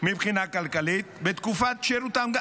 מבחינה כלכלית בתקופת שירותם.